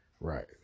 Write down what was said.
right